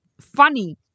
funny